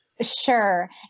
Sure